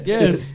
Yes